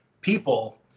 people